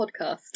Podcast